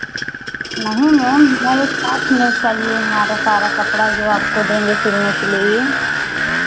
नहीं मैम हमारे साथ में चाहिए हमारा सारा कपड़ा जो आपको देंगे सिलने के लिए ये